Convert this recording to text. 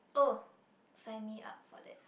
oh sign me up for that